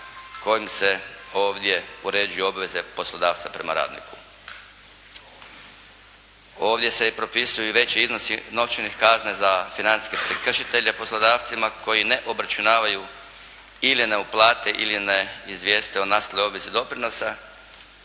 kojim se ovdje uređuju obveze poslodavca prema radniku. Ovdje se i propisuju i veći iznosi novčanih kazna za financijske prekršitelje poslodavcima koji ne obračunavaju ili ne uplate ili ne izvijeste o nastaloj obvezi doprinosa,